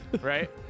Right